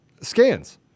scans